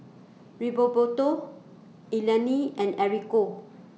Rigoberto Eleni and Enrico